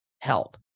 help